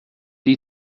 seat